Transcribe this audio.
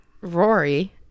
Rory